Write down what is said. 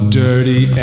dirty